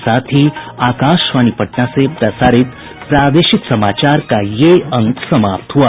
इसके साथ ही आकाशवाणी पटना से प्रसारित प्रादेशिक समाचार का ये अंक समाप्त हुआ